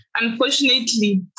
Unfortunately